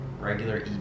regular